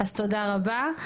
אז תודה רבה.